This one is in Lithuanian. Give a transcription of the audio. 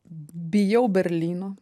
bijau berlyno